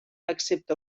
excepte